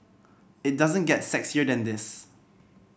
it doesn't get sexier than this